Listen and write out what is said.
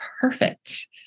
perfect